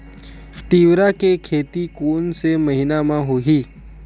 तीवरा के खेती कोन से महिना म होही?